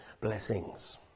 blessings